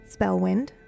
Spellwind